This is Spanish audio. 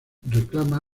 reclama